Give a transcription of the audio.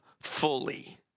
fully